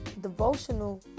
devotional